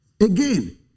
Again